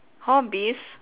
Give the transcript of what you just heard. hobbies